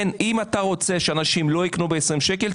אם אתה רוצה שאנשים לא יקנו ב-20 שקל,